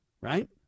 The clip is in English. right